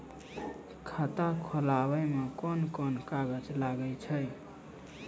खाता खोलावै मे कोन कोन कागज लागै छै?